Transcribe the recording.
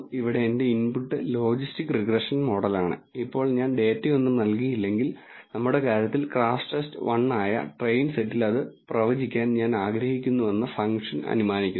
ഇവിടെ എന്റെ input logistic regression മോഡലാണ് ഇപ്പോൾ ഞാൻ ഡാറ്റയൊന്നും നൽകിയില്ലെങ്കിൽ നമ്മുടെ കാര്യത്തിൽ crashTest 1 ആയ ട്രെയിൻ സെറ്റിൽ അത് പ്രവചിക്കാൻ ഞാൻ ആഗ്രഹിക്കുന്നുവെന്ന് ഫംഗ്ഷൻ അനുമാനിക്കുന്നു